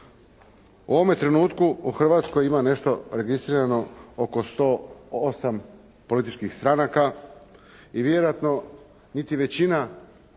U ovome trenutku ima nešto registrirano oko 108 političkih stranaka. I vjerojatno niti većina